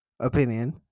opinion